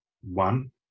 One